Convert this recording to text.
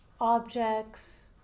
objects